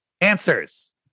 answers